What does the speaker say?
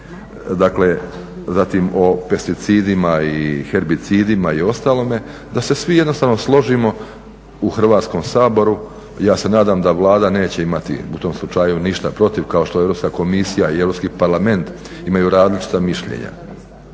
dakle zatim o pesticidima i herbicidima i ostalome da se svi jednostavno složimo u Hrvatskom saboru, ja se nadam da Vlada neće imati u tom slučaju ništa protiv kao što Europska komisija i Europski parlament imaju različita mišljenja.